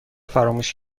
فراموش